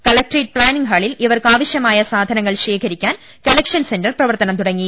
collectorate planning ഹാളിൽ ഇവർക്കാവശ്യമായ സാധനങ്ങൾ ശേഖരിക്കാൻ കളക്ഷൻ സെന്റർ പ്രവർത്തനം തുടങ്ങി